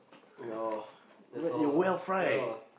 no that's all ya